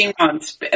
months